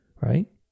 right